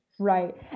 Right